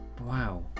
Wow